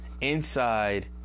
inside